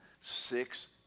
Six